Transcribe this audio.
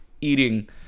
eating